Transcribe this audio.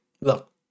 look